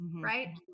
right